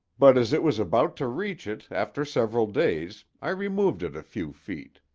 but as it was about to reach it after several days i removed it a few feet.